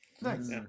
Nice